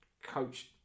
coach